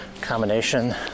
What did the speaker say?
combination